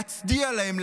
להצדיע להם,